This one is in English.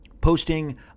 posting